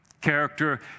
character